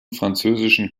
französischen